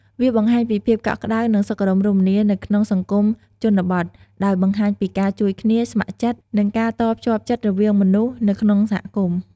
វាបង្ហាញពីភាពកក់ក្តៅ និងសុខដុមរមនានៅក្នុងសង្គមជនបទ ដោយបង្ហាញពីការជួយគ្នា ស្ម័គ្រចិត្ត និងនិងការតភ្ជាប់ចិត្តរវាងមនុស្សនៅក្នុងសហគមន៍។